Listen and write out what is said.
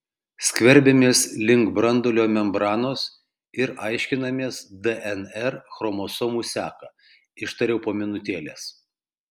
skverbiamės link branduolio membranos ir aiškinamės dnr chromosomų seką ištariau po minutėlės